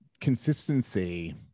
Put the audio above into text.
consistency